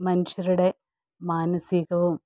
മനുഷ്യരുടെ മാനസികവും